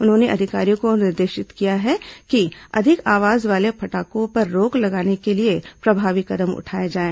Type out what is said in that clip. उन्होंने अधिकारियों को निर्देशित किया है कि अधिक आवाज वाले पटाखों पर रोक लगाने के लिए प्रभावी कदम उठाया जाएं